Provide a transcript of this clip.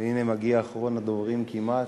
הנה, מגיע אחרון הדוברים כמעט,